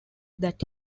that